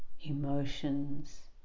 emotions